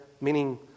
Meaning